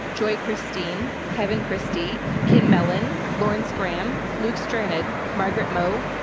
joy christine, kevin christie, kim mellon, lauren's graham luke stranded. margaret mo,